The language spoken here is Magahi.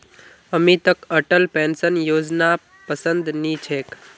अमितक अटल पेंशन योजनापसंद नी छेक